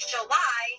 July